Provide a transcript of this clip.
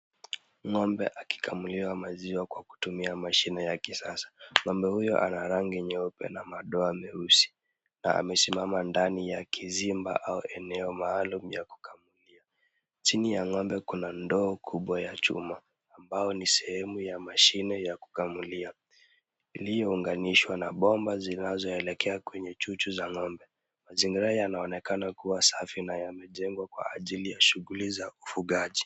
Ng'ombe akikamuliwa maziwa kwa kutumia mashine yake sasa. Ng'ombe huyo ana rangi nyeupe na madoa meusi, na amesimama ndani ya kizimba au eneo maalum ya kukamua. Chini ya ng'ombe kuna ndoo kubwa ya chuma, ambao ni sehemu ya mashine ya kukamulia, iliyounganishwa na bomba zinazoelekea kwenye chuchu za ng'ombe. Mazingira yanaonekana kuwa safi na yamejengwa kwa ajili ya shughuli za ufugaji.